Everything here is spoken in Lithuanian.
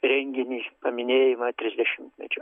renginį paminėjimą trisdešimtmečio